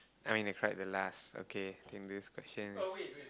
I mean I cried the last okay in this question